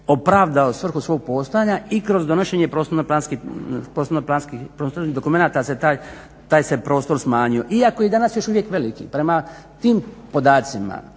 opravdao svrhu svog postojanja i kroz donošenje prostorno planskih dokumenata da se taj se prostor smanjio. Iako je današnji još uvijek veliki prema tim podacima